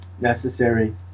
necessary